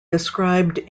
described